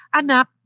anak